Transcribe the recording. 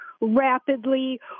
rapidly